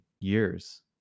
years